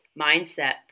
mindset